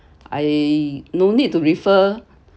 I no need to refer